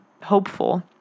hopeful